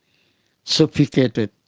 suffocated.